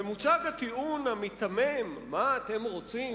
ומוצג הטיעון המיתמם: מה אתם רוצים?